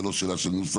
זו לא שאלה של נוסח,